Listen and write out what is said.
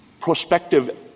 prospective